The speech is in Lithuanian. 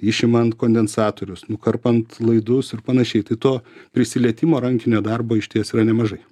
išimant kondensatorius nukarpant laidus ir panašiai tai to prisilietimo rankinio darbo išties yra nemažai